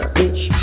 bitch